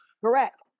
Correct